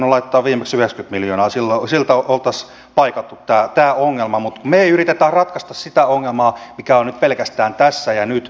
sillä oltaisiin paikattu tämä ongelma mutta me emme yritä ratkaista sitä ongelmaa mikä on nyt pelkästään tässä ja nyt vaan tätä rakenneongelmaa